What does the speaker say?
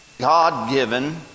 God-given